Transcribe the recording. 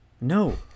No